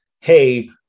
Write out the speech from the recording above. hey